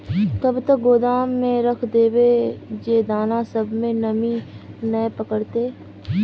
कब तक गोदाम में रख देबे जे दाना सब में नमी नय पकड़ते?